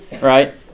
right